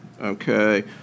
okay